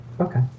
Okay